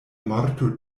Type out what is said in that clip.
morto